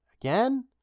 again